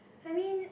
I mean